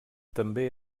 també